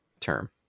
term